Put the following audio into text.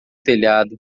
telhado